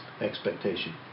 expectation